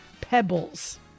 Pebbles